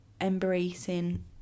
embracing